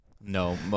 no